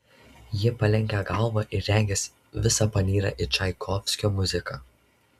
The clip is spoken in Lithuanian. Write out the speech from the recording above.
ji palenkia galvą ir regis visa panyra į čaikovskio muziką